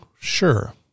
Sure